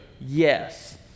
yes